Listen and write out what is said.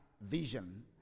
vision